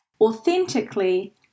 authentically